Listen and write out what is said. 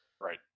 Right